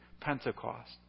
Pentecost